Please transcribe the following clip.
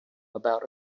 about